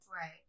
Right